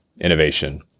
innovation